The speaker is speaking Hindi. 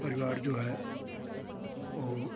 परिवार जो है वो